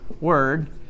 word